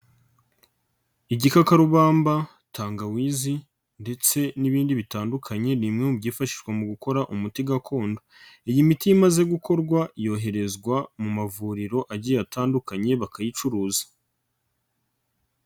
Igikakarubamba, tangawizi ndetse n'ibindi bitandukanye, ni mwe mu byifashishwa mu gukora umuti gakondo. Iyi miti imaze gukorwa yoherezwa mu mavuriro agiye atandukanye, bakayicuruza.